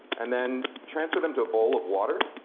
and then transfer them to a bowl of water,